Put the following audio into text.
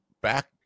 back